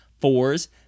fours